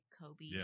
Kobe